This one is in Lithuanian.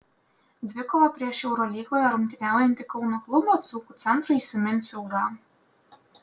dvikova prieš eurolygoje rungtyniaujantį kauno klubą dzūkų centrui įsimins ilgam